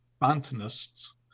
Montanists